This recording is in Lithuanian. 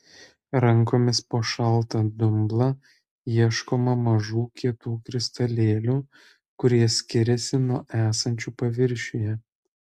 rankomis po šaltą dumblą ieškoma mažų kietų kristalėlių kurie skiriasi nuo esančių paviršiuje